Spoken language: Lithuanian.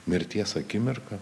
mirties akimirką